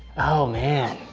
oh, man.